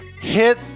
hit